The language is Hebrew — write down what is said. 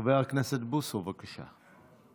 חבר הכנסת בוסו, בבקשה.